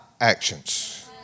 actions